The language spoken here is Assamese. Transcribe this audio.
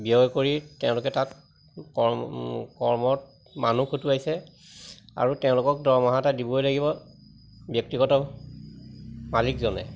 ব্যয় কৰি তেওঁলোকে তাত কৰ্মত মানুহ খটোৱাইছে আৰু তেওঁলোকক দৰমহা এটা দিবই লাগিব ব্যক্তিগত মালিকজনে